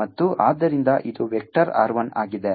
ಮತ್ತು ಆದ್ದರಿಂದ ಇದು ವೆಕ್ಟರ್ R 1 ಆಗಿದೆ